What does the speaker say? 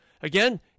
Again